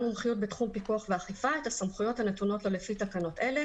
מומחיות בתחום פיקוח ואכיפה את הסמכויות הנתונות לו לפי תקנות אלה,